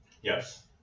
Yes